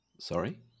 Sorry